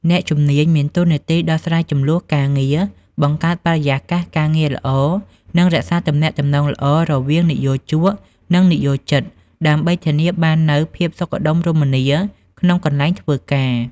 អ្នកជំនាញ មានតួនាទីដោះស្រាយជម្លោះការងារ បង្កើតបរិយាកាសការងារល្អ និងរក្សាទំនាក់ទំនងល្អរវាងនិយោជក និងនិយោជិត ដើម្បីធានាបាននូវភាពសុខដុមរមនាក្នុងកន្លែងធ្វើការ។